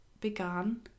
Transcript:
began